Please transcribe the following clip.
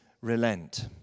Relent